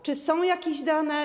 Czy są jakieś dane?